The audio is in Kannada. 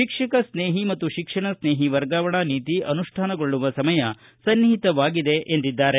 ಶಿಕ್ಷಕ ಸ್ನೇಹಿ ಮತ್ತು ಶಿಕ್ಷಣ ಸ್ನೇಹಿ ವರ್ಗಾವಣಾ ನೀತಿ ಅನುಷ್ಠಾನಗೊಳ್ಳುವ ಸಮಯ ಸನ್ನಿಹಿತವಾಗಿದೆ ಎಂದಿದ್ದಾರೆ